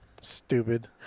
Stupid